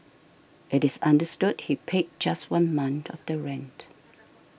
it is understood he paid just one month of the rent